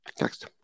Next